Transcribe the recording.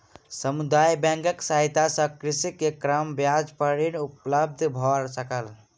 समुदाय बैंकक सहायता सॅ कृषक के कम ब्याज पर ऋण उपलब्ध भ सकलै